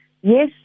yes